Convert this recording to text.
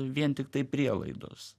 vien tiktai prielaidos